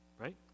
right